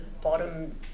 bottom